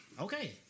Okay